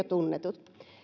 tunnetut